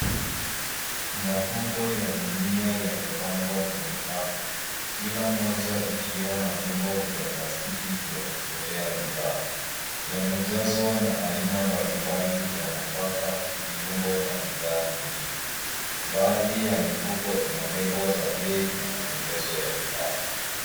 Mafuko ya gunia yamepangwa kwenye rafu, kila moja ikiwa na vyombo vya plastiki vya kuchotea bidhaa. Yamejazwa na aina mbalimbali za nafaka, viungo na bidhaa vingine. Baadhi ya miifuko ina lebo za bei na maelezo ya bidhaa.